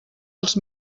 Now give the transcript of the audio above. als